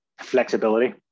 flexibility